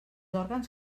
òrgans